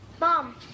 Mom